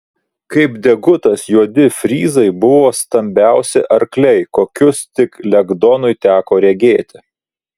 kaip degutas juodi fryzai buvo stambiausi arkliai kokius tik lengdonui teko regėti